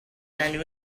and